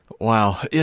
Wow